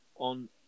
On